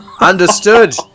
understood